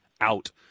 out